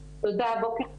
תודה, בוקר טוב.